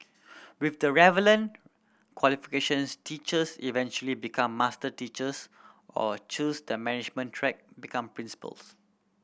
with the relevant qualifications teachers eventually become master teachers or choose the management track become principals